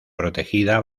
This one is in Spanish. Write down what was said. protegida